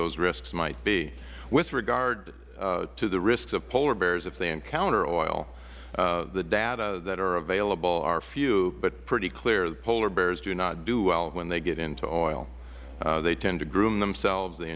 those risks might be with regard to the risks of polar bears if they encounter oil the data that are available are few but pretty clear polar bears do not do well when they get into oil they tend to groom themselves they